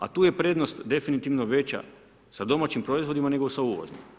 A tu je prednost definitivno veća sa domaćim proizvodima, nego sa uvoznim.